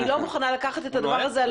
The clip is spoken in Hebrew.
אני לא מוכנה לקחת את הדבר הזה.